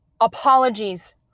apologies